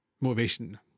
motivation